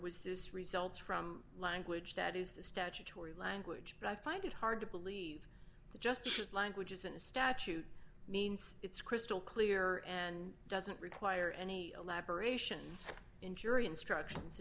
was this results from language that is the statutory language that i find it hard to believe that just language isn't statute the it's crystal clear and doesn't require any elaborations in jury instructions